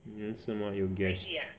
你认识吗 Yogesh